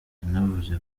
yanavuze